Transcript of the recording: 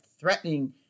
threatening